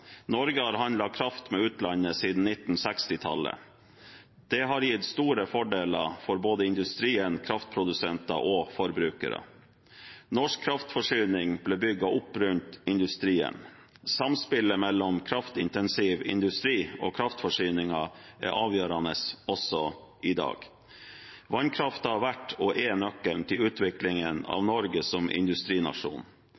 Norge har handlet kraft med utlandet siden 1960-tallet. Det har gitt store fordeler for både industrien, kraftprodusenter og forbrukere. Norsk kraftforsyning ble bygd opp rundt industrien. Samspillet mellom kraftintensiv industri og kraftforsyningen er avgjørende også i dag. Vannkraften har vært og er nøkkelen til utviklingen